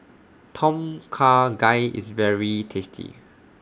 Tom Kha Gai IS very tasty